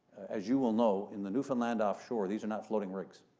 as you will know, in the newfoundland offshore, these are not floating rigs.